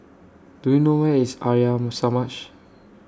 Do YOU know Where IS Arya Samaj